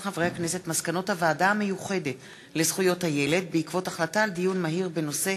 מסקנות הוועדה המיוחדת לזכויות הילד בעקבות דיון מהיר בנושא: